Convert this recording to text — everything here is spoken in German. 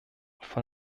von